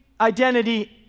identity